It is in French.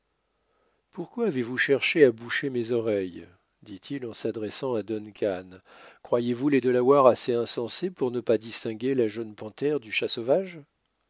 pourquoi avez-vous cherché à boucher mes oreilles ditil en s'adressant à duncan croyez-vous les delawares assez insensé pour ne pas distinguer la jeune panthère du